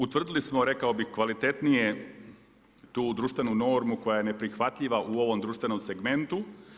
Utvrdili smo rekao bih kvalitetnije tu društvenu normu koja je neprihvatljiva u ovom društvenom segmentu.